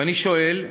ואני שואל: